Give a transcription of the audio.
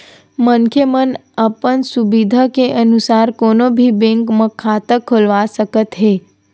मनखे मन अपन सुबिधा के अनुसार कोनो भी बेंक म खाता खोलवा सकत हे